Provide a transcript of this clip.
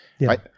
right